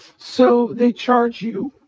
so they charge you.